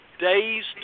days